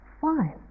Fine